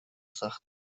سخت